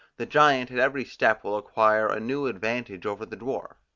the giant at every step will acquire a new advantage over the dwarf.